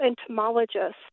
entomologist